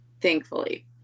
thankfully